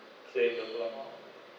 okay